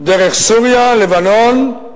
דרך סוריה, לבנון,